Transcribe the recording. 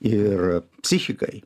ir psichikai